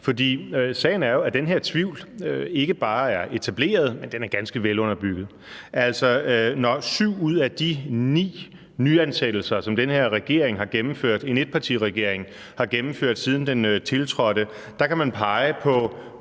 Sagen er jo, at den her tvivl ikke bare er etableret, den er ganske velunderbygget, når man i syv ud af de ni nyansættelser, som den her regering – en etpartiregering – har gennemført, siden den tiltrådte, kan pege på